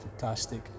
fantastic